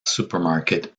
supermarket